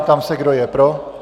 Ptám se, kdo je pro.